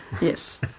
Yes